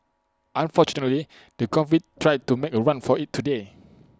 unfortunately the convict tried to make A run for IT today